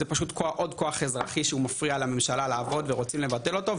זה פשוט עוד כוח אזרחי שהוא מפריע לממשלה לעבוד ורוצים לבטל אותו,